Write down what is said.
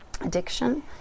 addiction